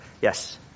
Yes